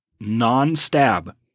Non-stab